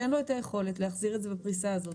שאין לו את היכולת להחזיר את זה בפריסה הזאת,